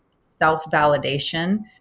self-validation